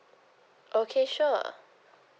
okay sure